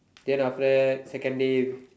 then after that second day we